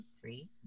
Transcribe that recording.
three